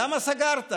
למה סגרת?